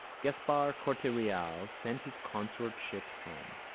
gaspar corte-real sent his consort ships home,